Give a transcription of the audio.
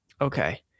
okay